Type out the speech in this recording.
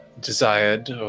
desired